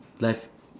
life